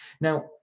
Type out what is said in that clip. Now